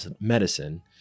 Medicine